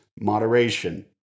moderation